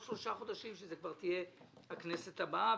בעוד שלושה חודשים שזה כבר יהיה בכנסת הבאה,